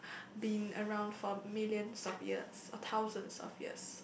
been around for millions of years or thousands of years